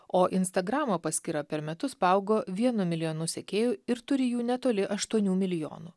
o instagramo paskyra per metus paaugo vienu milijonu sekėjų ir turi jų netoli aštuonių milijonų